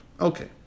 Okay